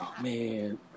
man